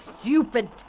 stupid